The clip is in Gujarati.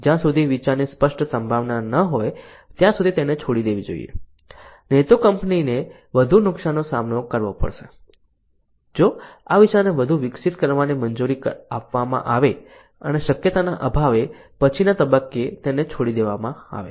જ્યાં સુધી વિચારની સ્પષ્ટ સંભાવના ન હોય ત્યાં સુધી તેને છોડી દેવી જોઈએ નહીં તો કંપનીને વધુ નુકસાનનો સામનો કરવો પડશે જો આ વિચારને વધુ વિકસિત કરવાની મંજૂરી આપવામાં આવે અને શક્યતાના અભાવે પછીના તબક્કે તેને છોડી દેવામાં આવે